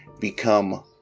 Become